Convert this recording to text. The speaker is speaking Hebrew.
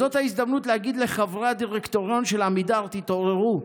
זו ההזדמנות להגיד לחברי הדירקטוריון של עמידר: תתעוררו,